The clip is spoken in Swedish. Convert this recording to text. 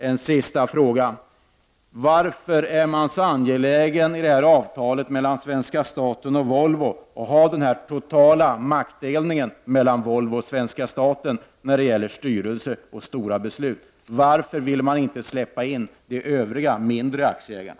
En sista fråga: Varför är man i fråga om avtalet mellan svenska staten och Volvo så angelägen om att ha en så total maktdelning mellan Volvo och svenska staten när det gäller styrelse och stora beslut? Varför vill man inte släppa in de övriga, mindre aktieägarna?